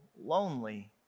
lonely